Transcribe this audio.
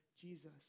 Jesus